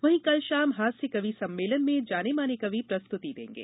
वहीं कल शाम हांस्य कवि सम्मेलन में जाने माने कवि प्रस्तुति देंगे